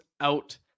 out